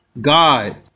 God